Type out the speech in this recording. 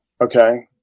Okay